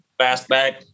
Fastback